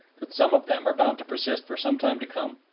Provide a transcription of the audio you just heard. that some of them are bound to persist for some time to come.